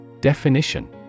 Definition